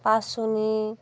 পাসুনি